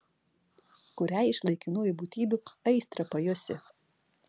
kuriai iš laikinųjų būtybių aistrą pajusi